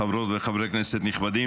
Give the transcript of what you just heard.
חברות וחברי כנסת נכבדים,